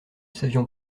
savions